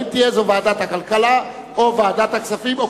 האם תהיה זאת ועדת הכלכלה או ועדת הכספים או